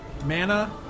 mana